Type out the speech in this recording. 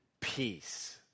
peace